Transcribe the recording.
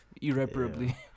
irreparably